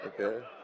Okay